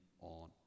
on